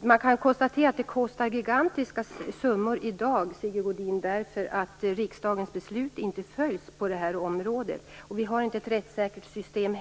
Man kan konstatera att det kostar gigantiska summor i dag, Sigge Godin, eftersom riksdagens beslut inte följs på det här området. Vi har inte heller ett rättssäkert system.